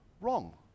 wrong